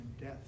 death